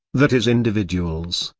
that is individuals,